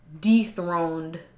dethroned